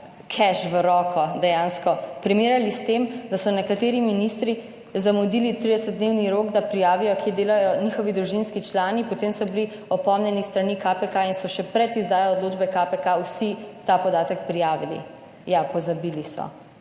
keš v roko, dejansko primerjali s tem, da so nekateri ministri zamudili 30 dnevni rok, da prijavijo kje delajo njihovi družinski člani, potem so bili opomnjeni s strani KPK in so še pred izdajo odločbe KPK vsi ta podatek prijavili. Ja, pozabili so,